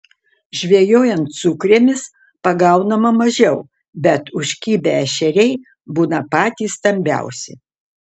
žvejojant sukrėmis pagaunama mažiau bet užkibę ešeriai būna patys stambiausi